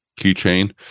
keychain